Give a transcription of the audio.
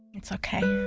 it's ok.